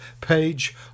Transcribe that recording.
page